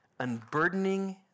unburdening